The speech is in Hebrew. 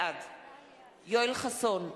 בעד יואל חסון,